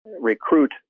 recruit